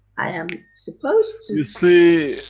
i am supposed to. you see,